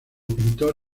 pintor